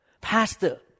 Pastor